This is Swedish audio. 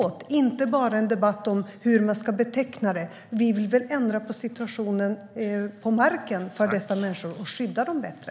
Det är inte bara en debatt om hur man ska beteckna det. Vi vill ändra situationen på marken för dessa människor och skydda dem bättre.